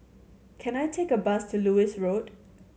can I take a bus to Lewis Road